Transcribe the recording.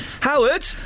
Howard